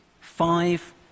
five